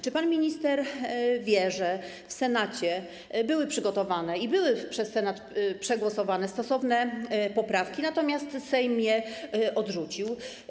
Czy pan minister wie, że w Senacie były przygotowane i były przez Senat przegłosowane stosowne poprawki, natomiast Sejm je odrzucił?